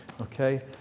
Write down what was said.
Okay